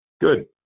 Good